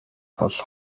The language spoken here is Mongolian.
бол